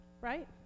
right